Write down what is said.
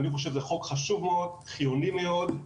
אני חושב שזה חוק חשוב מאוד, חיוני מאוד,